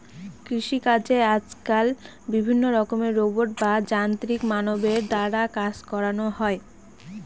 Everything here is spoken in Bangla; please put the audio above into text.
কৃষিকাজে আজকাল বিভিন্ন রকমের রোবট বা যান্ত্রিক মানবের দ্বারা কাজ করানো হয়